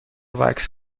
وکس